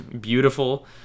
beautiful